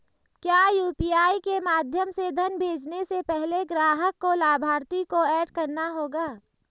क्या यू.पी.आई के माध्यम से धन भेजने से पहले ग्राहक को लाभार्थी को एड करना होगा?